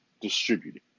distributed